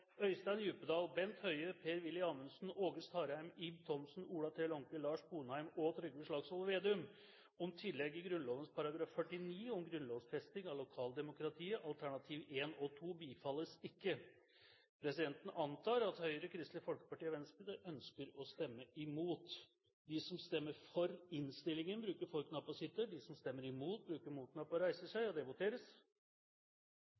Øystein Djupedal, Bent Høie, Per-Willy Amundsen, Åge Starheim, Ib Thomsen, Ola T. Lånke, Lars Sponheim og Trygve Slagsvold Vedum om tillegg i Grunnloven § 49 om grunnlovsfesting av lokaldemokratiet, alternativ 2 – bifalles.» Høyre har varslet at de støtter forslaget subsidært. Presidenten antar at Høyre, Kristelig Folkeparti og Venstre ønsker å stemme imot.